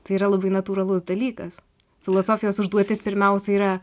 tai yra labai natūralus dalykas filosofijos užduotis pirmiausia yra